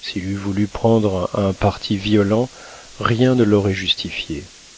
s'il eût voulu prendre un parti violent rien ne l'aurait justifié